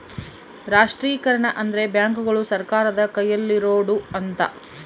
ರಾಷ್ಟ್ರೀಕರಣ ಅಂದ್ರೆ ಬ್ಯಾಂಕುಗಳು ಸರ್ಕಾರದ ಕೈಯಲ್ಲಿರೋಡು ಅಂತ